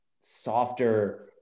softer